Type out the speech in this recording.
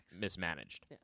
mismanaged